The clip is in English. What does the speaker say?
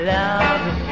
love